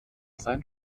seinen